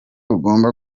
rugomba